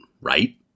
right